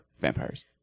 Vampires